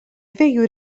dviejų